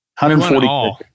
140